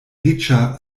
riĉa